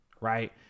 right